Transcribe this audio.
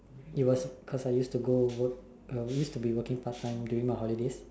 it was cause I used to go work I used to be working part time during the holidays